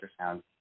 ultrasound